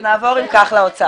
אז נעבור אם כך לאוצר.